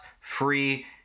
free